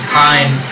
time